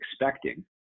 expecting